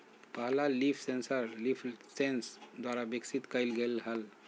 पहला leaf sensor LeafSens द्वारा विकसित कइल गेलय हल